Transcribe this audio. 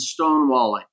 stonewalling